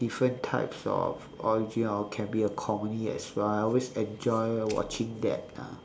different types of origin or can be a comedy as well I always enjoy watching that ah